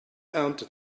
ernte